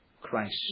Christ